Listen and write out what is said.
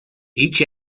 each